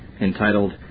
entitled